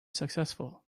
successful